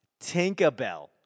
Tinkerbell